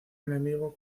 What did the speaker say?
enemigo